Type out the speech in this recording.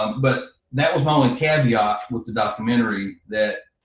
but that was the only caveat with the documentary that,